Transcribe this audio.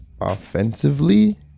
offensively